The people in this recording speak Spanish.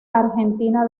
argentina